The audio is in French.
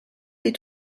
les